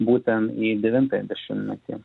būtent į devintąjį dešimtmetį